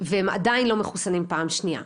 והם עדיין לא מחוסנים פעם שנייה.